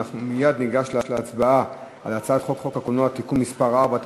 ומייד ניגש להצבעה על הצעת חוק הקולנוע (תיקון מס' 4),